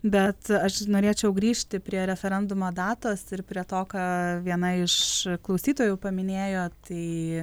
bet aš norėčiau grįžti prie referendumo datos ir prie to ką viena iš klausytojų paminėjo tai